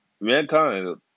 Mankind